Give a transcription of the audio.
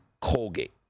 Colgate